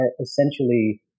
essentially